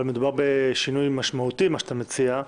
אבל מדובר בשינוי משמעותי שאתה מציע,